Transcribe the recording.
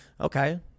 Okay